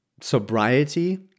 sobriety